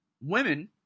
Women